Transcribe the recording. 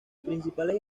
principales